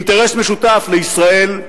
אינטרס משותף לישראל,